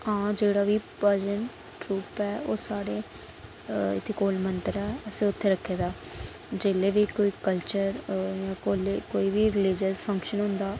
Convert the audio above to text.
हां जेह्ड़ा बी भजन ट्रुप ओह् साढ़े अ इत्थे कोल मंदर ऐ असें उत्थै रक्खे दा जेल्लै बी कोई कल्चर अ कोई बी रलीजियस फंक्शन होंदा